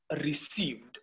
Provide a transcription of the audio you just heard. received